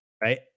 Right